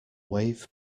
wave